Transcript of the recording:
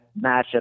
matchup